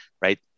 right